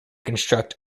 construct